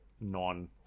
non